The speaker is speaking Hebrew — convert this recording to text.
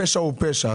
הפשע הוא פשע.